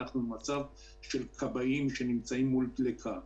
אלא אנחנו במצב של כבאים שנמצאים מול דלקה.